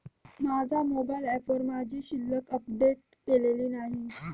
माझ्या मोबाइल ऍपवर माझी शिल्लक अपडेट केलेली नाही